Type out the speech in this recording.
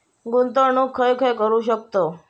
गुंतवणूक खय खय करू शकतव?